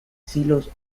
silos